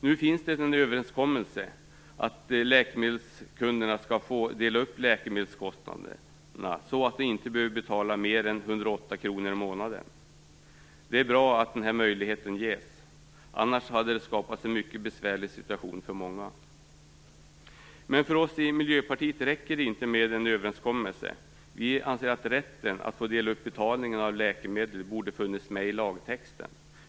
Nu finns det en överenskommelse att läkemedelskunderna skall få dela upp läkemedelskostnaderna så att de inte behöver betala mer än 108 kr i månaden. Det är bra att den möjligheten ges, annars hade det skapats en mycket besvärlig situation för många. Men för oss i Miljöpartiet räcker det inte med en överenskommelse. Vi anser att rätten att få dela upp betalningen av läkemedel borde funnits med i lagtexten.